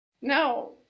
No